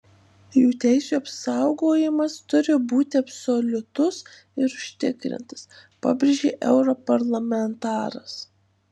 jų teisių apsaugojimas turi būti absoliutus ir užtikrintas pabrėžė europarlamentaras